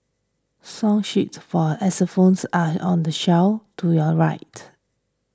song sheets for xylophones are on the shelf to your right